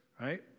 right